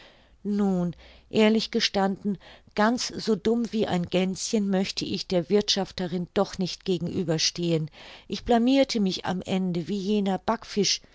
nun ehrlich gestanden ganz so dumm wie ein gänschen möchte ich der wirthschafterin doch nicht gegenüber stehen ich blamirte mich am ende wie jener backfisch